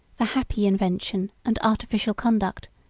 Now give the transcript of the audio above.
the happy invention, and artificial conduct,